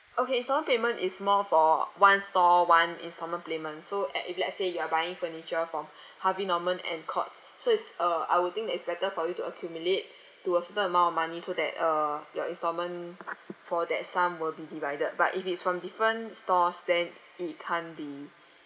okay instalment payment is more for one store one instalment payment so at if let's say you are buying furniture from harvey norman and courts so it's uh I would think that it's better for you to accumulate to a certain amount of money so that uh your instalment for that sum will be divided but if it's from different stores then it can't be